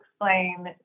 explain